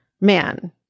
man